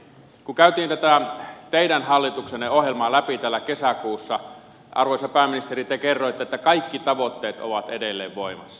kun tätä teidän hallituksenne ohjelmaa käytiin läpi täällä kesäkuussa arvoisa pääministeri te kerroitte että kaikki tavoitteet ovat edelleen voimassa